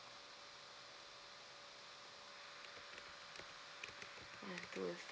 one two